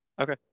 Okay